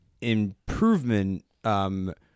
improvement